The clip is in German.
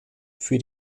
für